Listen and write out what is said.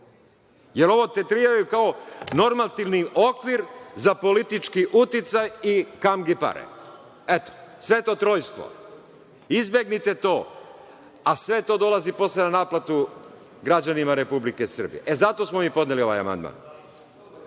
jer ovo tretiraju kao normativni okvir za politički uticaj i kamgi pare. Sveto Trojstvo. Izbegnite to, a sve to dolazi posle na naplatu građanima Republike Srbije. Zato smo podneli ovaj amandman.